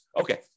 Okay